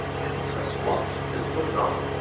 and says, what is going on?